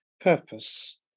purpose